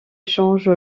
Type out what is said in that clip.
change